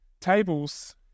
tables